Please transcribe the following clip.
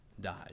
died